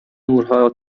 نورها